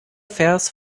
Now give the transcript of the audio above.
vers